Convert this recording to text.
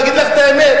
להגיד לך את האמת,